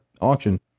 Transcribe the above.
auction